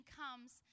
comes